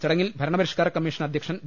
ചടങ്ങിൽ ഭരണപരിഷ്കാര കമ്മീഷൻ അധൃക്ഷൻ വി